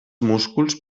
músculs